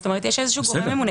זאת אומרת, יש גורם ממונה.